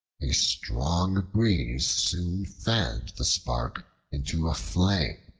a strong breeze soon fanned the spark into a flame,